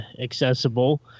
accessible